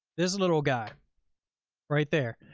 this little guy right there.